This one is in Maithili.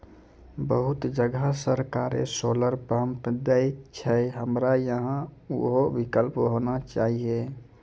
बहुत जगह सरकारे सोलर पम्प देय छैय, हमरा यहाँ उहो विकल्प होना चाहिए?